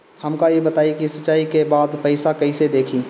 हमका ई बताई कि रिचार्ज के बाद पइसा कईसे देखी?